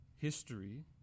history